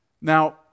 Now